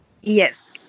Yes